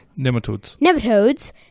Nematodes